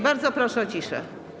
Bardzo proszę o ciszę.